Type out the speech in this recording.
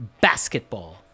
basketball